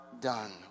done